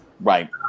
Right